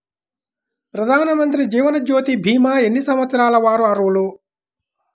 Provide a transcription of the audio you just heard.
ప్రధానమంత్రి జీవనజ్యోతి భీమా ఎన్ని సంవత్సరాల వారు అర్హులు?